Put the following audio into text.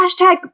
hashtag